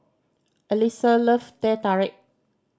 Alisa love Teh Tarik